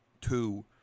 two